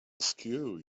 askew